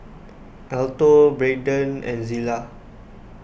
Alto Braydon and Zillah